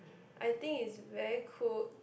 I think it's very cool